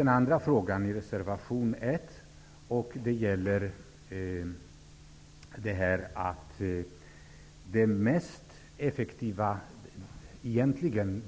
Den andra frågan i reservation 1 handlar om att